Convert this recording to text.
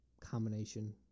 combination